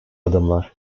adımlar